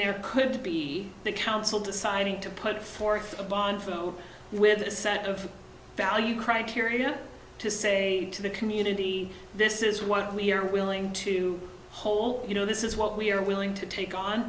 there could be the council deciding to put forth a bond flow with a set of value criteria to say to the community this is what we're willing to hold you know this is what we're willing to take on